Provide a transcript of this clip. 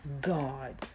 God